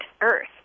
Earth